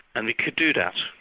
and they could do that,